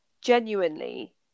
genuinely